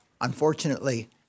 Unfortunately